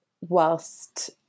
whilst